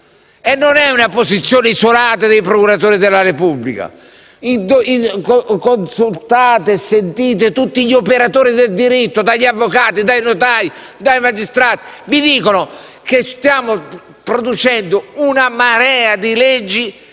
Non è una posizione isolata dei procuratori della Repubblica. Consultate gli operatori del diritto, dagli avvocati, ai notaio, ai magistrati. Dicono che stiamo producendo una marea di leggi,